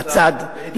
בצד.